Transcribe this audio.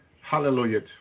hallelujah